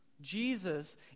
Jesus